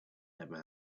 never